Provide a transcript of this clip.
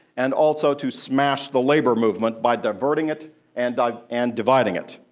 and also to smash the labor movement by diverting it and and dividing it.